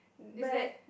but